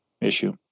issue